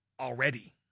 already